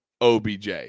OBJ